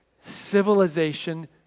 civilization